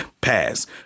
Pass